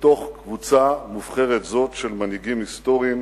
בתוך קבוצה מובחרת זאת של מנהיגים היסטוריים,